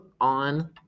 on